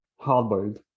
Hardboiled